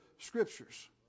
Scriptures